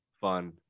fun